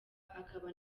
akaba